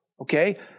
Okay